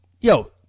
yo